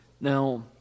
Now